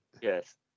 Yes